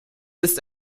ist